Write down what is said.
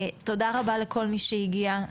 תודה רבה לכל מי שהגיע.